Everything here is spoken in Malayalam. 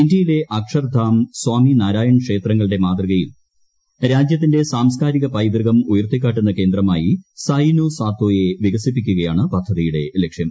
ഇന്ത്യയിലെ അക്ഷർധാം സ്വാമി നാരായൺ ക്ഷേത്രങ്ങളുടെ മാതൃകയിൽ രാജ്യത്തിന്റെ സാംസ്കാരിക പൈതൃകം ഉയർത്തിക്കാട്ടുന്ന കേന്ദ്രമായി സായിനോ സാത്തോയെ വികസിപ്പിക്കുകയാണ് പദ്ധതിയുടെ ലക്ഷ്യം